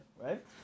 right